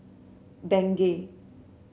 bengay